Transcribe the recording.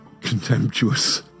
contemptuous